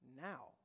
now